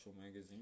magazine